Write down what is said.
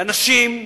לאנשים,